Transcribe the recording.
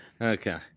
Okay